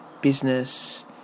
business